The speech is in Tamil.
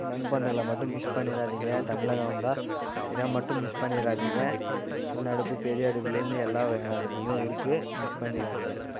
மண்பாண்டங்களை மட்டும் மிஸ் பண்ணிடாதீங்க தமிழகம் வந்தால் இதை மட்டும் மிஸ் பண்ணிடாதீங்க சின்ன அடுப்பு பெரிய அடுப்பில் இருந்து எல்லா வகையான அடுப்புமே இருக்குது மிஸ் பண்ணிடாதீங்க